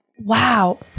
wow